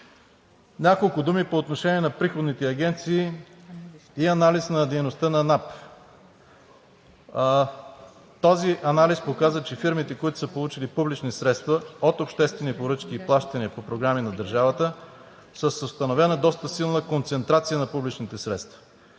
Няколко думи по отношение на приходните агенции и анализ на дейността на НАП. Този анализ показа, че фирмите, които са получили публични средства от обществени поръчки и плащания по програми на държавата, са с установена доста силна концентрация на публичните средства.